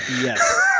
Yes